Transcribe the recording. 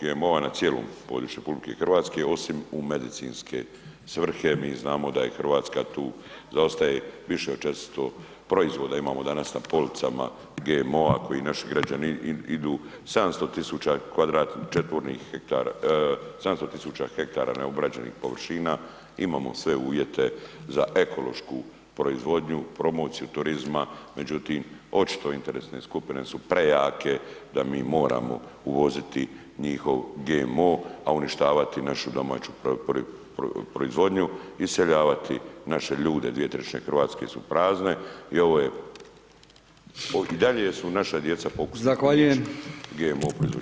GMO-a na cijelom području RH osim u medicinske svrhe, mi znamo da je RH tu zaostaje, više od 400 proizvoda imamo danas na policama GMO-a koji naši građani idu, 700 000 kvadratnih, četvornih hektara, 700 000 hektara neobrađenih površina, imamo sve uvjete za ekološku proizvodnju, promociju turizma, međutim očito interesne skupine su prejake da mi moramo uvoziti njihov GMO a uništavati našu domaću proizvodnju, iseljavati naše ljude, 2/3 Hrvatske su prazne i ovo je i dalje su naša djeca pokusni kunići GMO proizvođača.